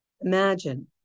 Imagine